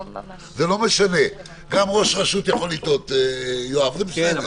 גם ראש רשות יכול לטעות, יואב, זה בסדר.